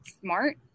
smart